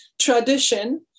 tradition